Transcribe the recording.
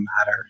matter